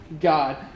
god